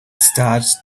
start